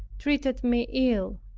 treated me ill.